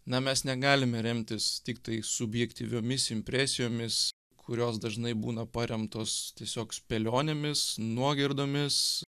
na mes negalime remtis tiktai subjektyviomis impresijomis kurios dažnai būna paremtos tiesiog spėlionėmis nuogirdomis